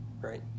right